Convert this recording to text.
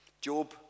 Job